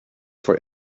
for